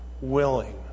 willing